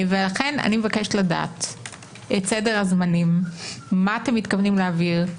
לכן אני מבקשת לדעת את סדר הזמנים: מה אתם מתכוונים להעביר,